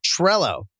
Trello